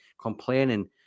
complaining